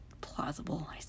Plausible